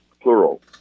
plural